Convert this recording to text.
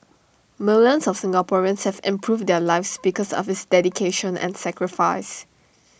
millions of Singaporeans have improved their lives because of his dedication and sacrifice